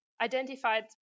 identified